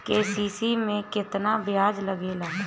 KCC में केतना ब्याज लगेला?